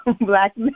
black